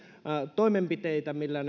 toimenpiteitä millä